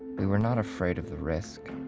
we're we're not afraid of the risk.